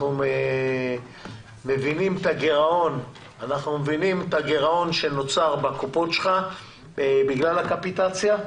אנחנו מבינים את הגירעון שנוצר בקופות שלך בגלל הקפיטציה,